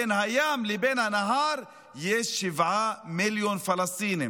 בין הים לבין הנהר יש 7 מיליון פלסטינים.